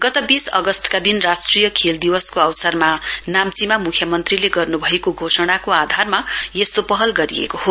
गत वीस अगस्तका दिन राष्ट्रिय खेल दिवसको अवसरमा नाम्चीमा मुख्यमन्त्रीले गर्न्भएको घोषणाको आधारमा यस्तो पहल गरिएको हो